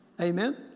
Amen